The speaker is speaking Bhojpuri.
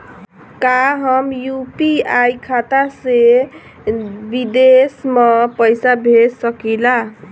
का हम यू.पी.आई खाता से विदेश म पईसा भेज सकिला?